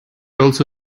also